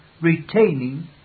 retaining